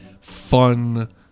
fun